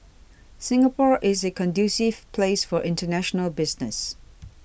Singapore is a conducive place for international business